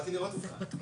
באתי לראות אותך.